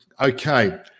Okay